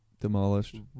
demolished